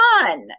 fun